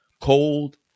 cold